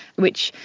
which,